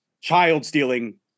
child-stealing